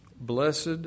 Blessed